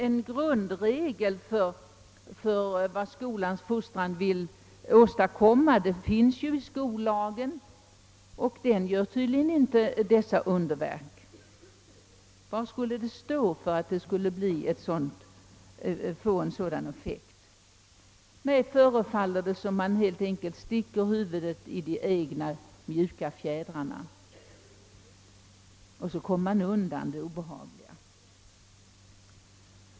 En grundregel för vad skolans fostran vill åstadkomma finns ju i skollagen, men den gör tydligen inte dessa underverk. Vad skulle det stå i denna regelsamling för att den skulle få en sådan effekt? Mig förefaller det som om man helt enkelt sticker huvudet i de egna mjuka fjädrarna för att komma undan det obehagliga.